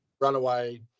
Runaway